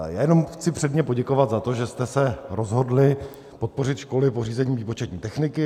Já jenom chci předně poděkovat za to, že jste se rozhodli podpořit školy v pořízení výpočetní techniky.